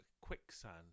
quicksand